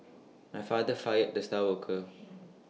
my father fired the star worker